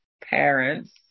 parents